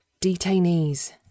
Detainees